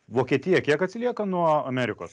vokietija kiek atsilieka nuo amerikos